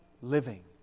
living